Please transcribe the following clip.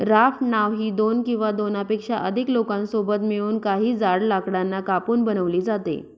raft नाव ही दोन किंवा दोनपेक्षा अधिक लोकांसोबत मिळून, काही जाड लाकडांना कापून बनवली जाते